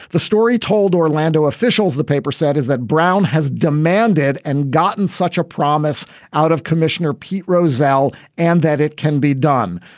the story told orlando officials, the paper said, is that brown has demanded and gotten such a promise out of commissioner pete roselle and that it can be done.